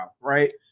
right